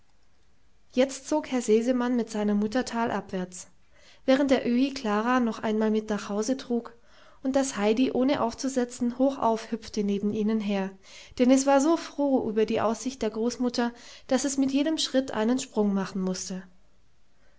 jetzt zog herr sesemann mit seiner mutter talabwärts während der öhi klara noch einmal mit nach hause trug und das heidi ohne aufzusetzen hochauf hüpfte neben ihnen her denn es war so froh über die aussicht der großmutter daß es mit jedem schritt einen sprung machen mußte